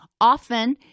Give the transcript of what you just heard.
often